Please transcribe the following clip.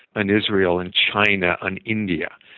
and israel, and china, and india.